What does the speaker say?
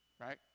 Right